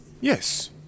Yes